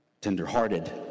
tenderhearted